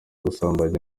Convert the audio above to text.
gusambanya